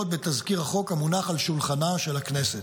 בתזכיר החוק המונח על שולחנה של הכנסת.